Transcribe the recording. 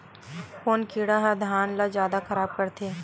कोन कीड़ा ह धान ल जादा खराब करथे?